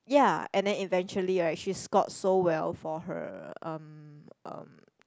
ya and then eventually right she scored so well for her um